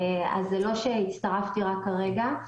אז זה לא שהצטרפתי רק כרגע.